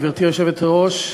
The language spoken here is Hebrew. גברתי היושבת-ראש,